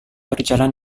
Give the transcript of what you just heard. berjalan